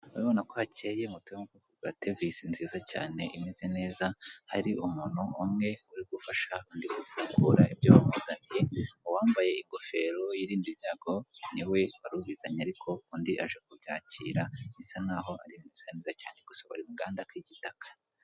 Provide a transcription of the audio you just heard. Urabibona ko hakeye moto ya tevisi nziza cyane imeze neza, hari umuntu umwe urigufasha undi gufungura ibyo bamumuzaniye, uwambaye ingofero irinda ibyago niwe wari ubizanye ariko undi aje kubyakira bisa nkaho ari byiza cyane gusa bari mu ganda k'igitaka.